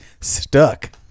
stuck